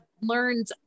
learned